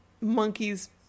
monkeys